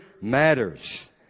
matters